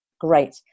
Great